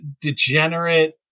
degenerate